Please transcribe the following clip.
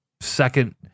second